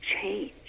change